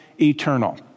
eternal